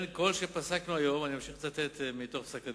אני ממשיך לצטט מתוך פסק-הדין: